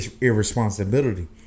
irresponsibility